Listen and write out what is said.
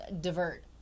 divert